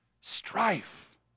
Strife